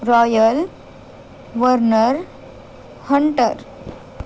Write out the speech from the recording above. royal warner hunter